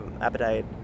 appetite